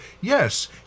yes